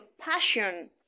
passion